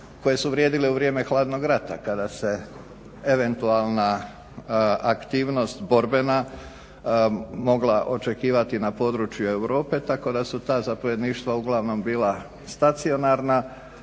koje su vrijedile u vrijeme hladnog rata kada se eventualna aktivnost borbena mogla očekivati na području Europe, tako da su ta zapovjedništva uglavnom bila stacionarna